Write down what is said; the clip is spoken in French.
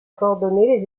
coordonner